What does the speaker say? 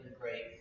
great